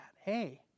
Hey